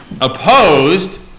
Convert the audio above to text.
opposed